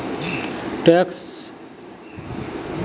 कर या टैक्सेर आर्थिक असरेर बारेत मास्टर ला आज चर्चा करबे